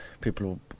people